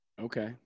Okay